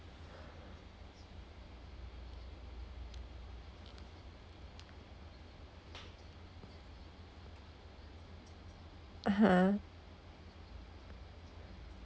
(uh huh)